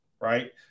Right